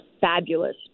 fabulous